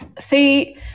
See